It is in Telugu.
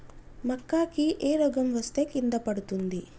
మక్కా కి ఏ రోగం వస్తే కింద పడుతుంది?